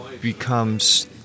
becomes